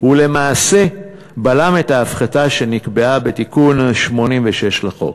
ולמעשה בלם את ההפחתה שנקבעה בתיקון 86 לחוק.